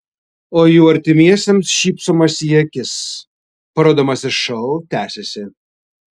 o jų artimiesiems šypsomasi į akis parodomasis šou tęsiasi